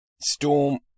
Storm